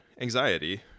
anxiety